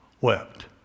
wept